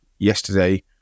yesterday